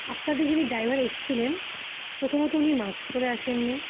আপনাদের যিনি ড্রাইভার এসছিলেন প্রথমত উনি মাক্স পরে আসেন নি